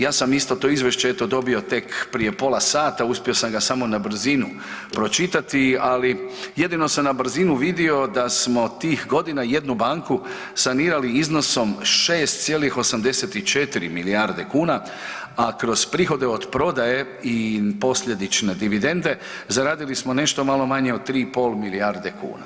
Ja sam isto to izvješće eto dobio tek prije pola sata, uspio sam ga samo na brzinu pročitati ali jedino sam na brzinu vidio da smo tih godina jednu banku sanirali iznosom 6,84 milijarde kuna, a kroz prihode od prodaje i posljedične dividende zaradili smo nešto malo manje od 3,5 milijarde kuna.